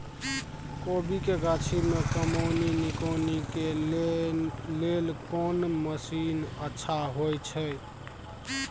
कोबी के गाछी में कमोनी निकौनी के लेल कोन मसीन अच्छा होय छै?